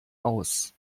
aus